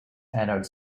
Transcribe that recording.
anode